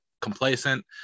complacent